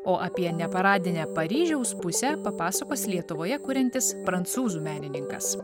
o apie neparadinę paryžiaus pusę papasakos lietuvoje kuriantis prancūzų menininkas